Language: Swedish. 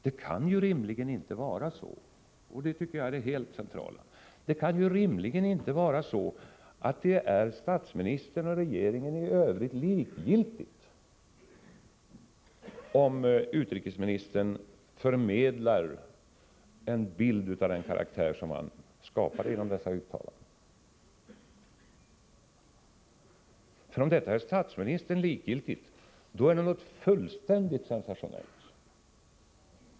Det kan rimligen inte vara så att — och detta tycker jag är det helt centrala — det är statsministern och regeringen i övrigt likgiltigt om utrikesministern förmedlar en bild av den karaktär som han skapade genom dessa sina uttalanden. För om det är statsministern likgiltigt, då är det någonting fullständigt sensationellt.